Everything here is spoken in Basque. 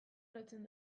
lotzen